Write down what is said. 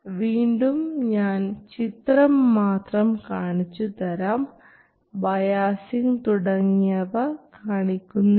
വീണ്ടും ഞാൻ ചിത്രം മാത്രം കാണിച്ചു തരാം ബയാസിംഗ് തുടങ്ങിയവ കാണിക്കുന്നില്ല